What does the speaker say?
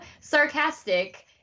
sarcastic